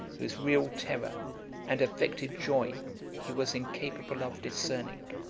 whose real terror and affected joy he was incapable of discerning.